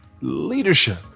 Leadership